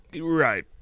right